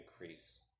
increase